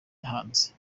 yahanze